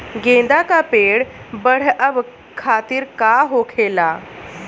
गेंदा का पेड़ बढ़अब खातिर का होखेला?